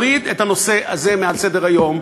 נוריד את הנושא הזה מעל סדר-היום,